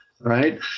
Right